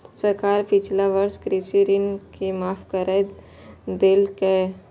सरकार पिछला वर्षक कृषि ऋण के माफ कैर देलकैए